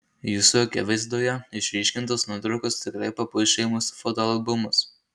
jūsų akivaizdoje išryškintos nuotraukos tikrai papuoš šeimos fotoalbumus